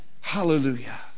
Hallelujah